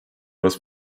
was